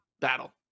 battle